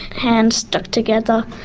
hands stuck together,